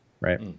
right